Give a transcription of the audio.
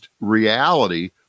reality